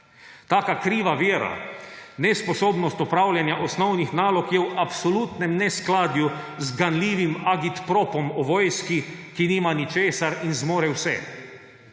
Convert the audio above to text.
Taka kriva vera nesposobnost opravljanja osnovnih nalog je v absolutnem neskladju z ganljivim agitpropom o vojski, ki nima ničesar in zmore vse.